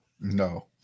No